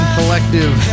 Collective